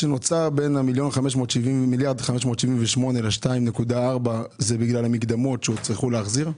בין ה-1.578 מיליארד ל-2.4 זה בגלל המקדמות שעוד תצטרכו להחזיר?